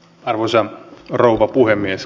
arvoisa rouva puhemies